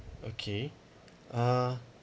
okay uh